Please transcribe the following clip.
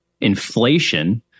inflation